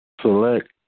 select